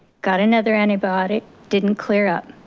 got another antibiotic, didn't clear up.